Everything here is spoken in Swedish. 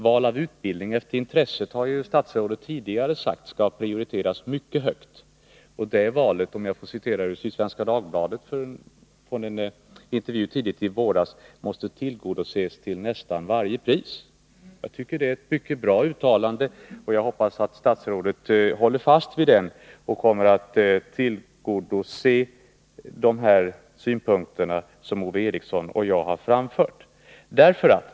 Val av utbildning efter intresse har statsrådet tidigare sagt skall prioriteras mycket högt. Det valet, om jag får referera till en intervju i Svenska Dagbladet tidigare i våras, måste tillgodoses till nästan varje pris. Jag tycker att det är ett mycket bra uttalande. Jag hoppas att statsrådet håller fast vid det och kommer att beakta de synpunkter som Ove Eriksson och jag har framfört.